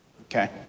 Okay